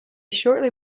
shortly